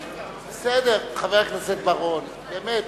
בסדר, חבר הכנסת בר-און, באמת,